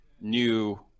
new